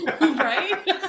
Right